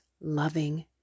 loving